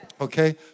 Okay